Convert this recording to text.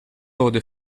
order